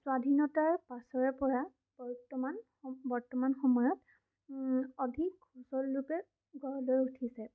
স্বাধীনতাৰ পাছৰে পৰা বৰ্তমান বৰ্তমান সময়ত অধিক সবলৰূপে গঢ় লৈ উঠিছে